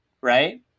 Right